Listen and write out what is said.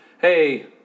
Hey